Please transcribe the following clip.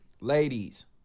ladies